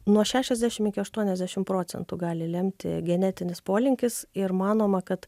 nuo šešiasdešim iki aštuoniasdešim procentų gali lemti genetinis polinkis ir manoma kad